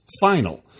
final